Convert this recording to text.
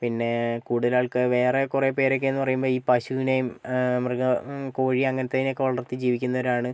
പിന്നെ കൂടുതൽ ആൾക്കാർ വേറെ കുറെപേരൊക്കേന്നു പറയുമ്പം ഈ പശുനേം മൃഗ കോഴി അങ്ങനത്തേനെയൊക്കെ വളർത്തി ജീവിക്കുന്നവരാണ്